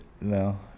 No